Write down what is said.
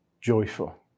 joyful